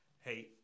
Hey